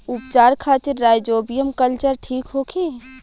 उपचार खातिर rhizobium culture ठीक होखे?